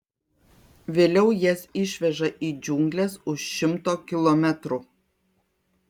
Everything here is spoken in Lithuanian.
vėliau jas išveža į džiungles už šimto kilometrų